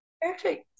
Perfect